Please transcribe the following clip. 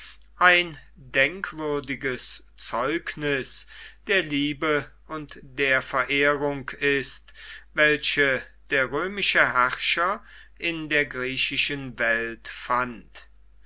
ein denkwürdiges zeugnis der liebe und der verehrung ist welche der römische herrscher in der griechischen welt fand